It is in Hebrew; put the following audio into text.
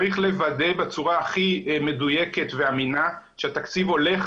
צריך לוודא בצורה הכי מדויקת ואמינה שהתקציב הולך